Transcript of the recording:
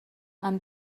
amb